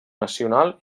nacional